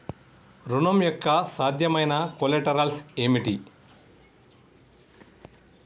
ఋణం యొక్క సాధ్యమైన కొలేటరల్స్ ఏమిటి?